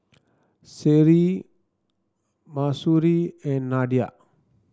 Seri Mahsuri and Nadia